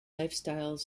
lifestyle